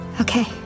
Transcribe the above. Okay